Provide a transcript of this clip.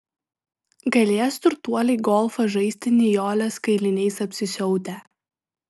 galės turtuoliai golfą žaisti nijolės kailiniais apsisiautę